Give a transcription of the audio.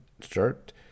start